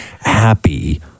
happy